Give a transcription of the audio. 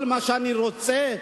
כל מה שאני רוצה,